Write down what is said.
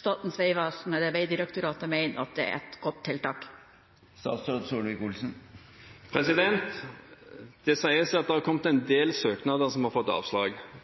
Statens vegvesen eller Vegdirektoratet mener at det er gode tiltak? Det sies at det er en del søknader som har fått avslag.